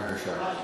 בבקשה.